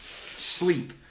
sleep